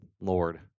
Lord